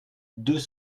deux